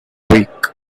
week